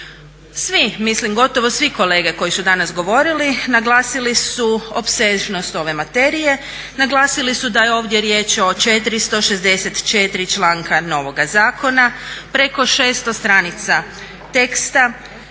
Svi, mislim gotovo svi kolege koji su danas govorili naglasili su opsežnost ove materije, naglasili su da je ovdje riječ o 464 članka novoga zakona, preko 600 stranica teksta